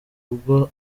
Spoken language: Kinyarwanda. rugo